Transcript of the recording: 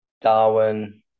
Darwin